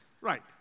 right